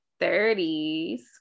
thirties